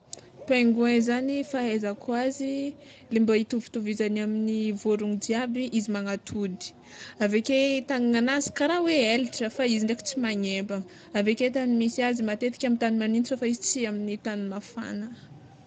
Pinguoin zany fahaizako azy, le mba hitovitovizany amin'ny vorogno jiaby izy magnatody, aveke tagnan'azy kara hoe elatra fa izy ndraiky tsy magnembana, aveke tany misy azy matetika amy tany magnintsy fa izy tsy amin'ny tany mafana.